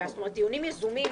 זאת אומרת: דיונים יזומים,